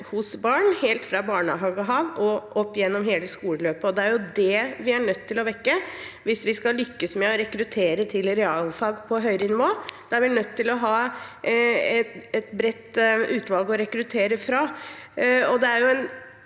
hos barn, helt fra barnehagen av og opp gjennom hele skoleløpet. Det er det vi er nødt til å vekke hvis vi skal lykkes med å rekruttere til realfag på høyere nivå. Da er vi nødt til å ha et bredt utvalg å rekruttere fra.